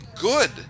good